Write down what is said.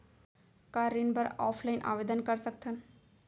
का ऋण बर ऑफलाइन आवेदन कर सकथन?